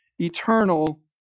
eternal